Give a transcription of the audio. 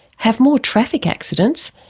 have more traffic accidents,